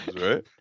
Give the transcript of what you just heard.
right